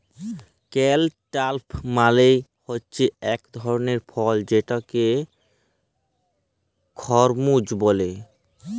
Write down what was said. cantaloupe মালে হছে ইক ধরলের ফল যেটাকে খরমুজ ব্যলে